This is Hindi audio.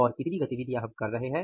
और कितनी गतिविधियाँ हम कर रहे हैं